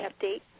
update